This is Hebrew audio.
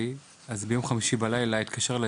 ביום חמישי בלילה התקשר אלי